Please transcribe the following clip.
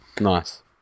nice